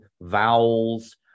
vowels